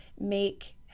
make